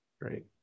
Great